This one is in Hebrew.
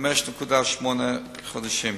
5.8 חודשים,